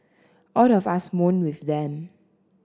all of us mourn with them